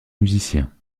musiciens